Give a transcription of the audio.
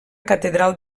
catedral